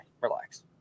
Relax